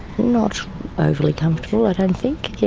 not overly comfortable, i don't think.